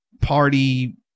party